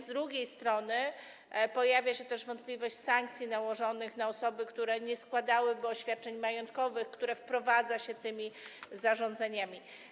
Z drugiej strony pojawia się też wątpliwość co do sankcji nałożonych na osoby, które nie składałyby oświadczeń majątkowych, które wprowadza się tymi zarządzeniami.